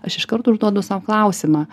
aš iš kart užduodu sau klausimą